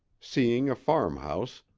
seeing a farmhouse,